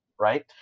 right